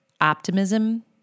optimism